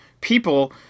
people